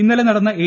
ഇന്നലെ നടന്ന എ